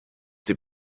die